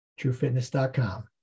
Truefitness.com